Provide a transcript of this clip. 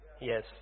Yes